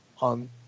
on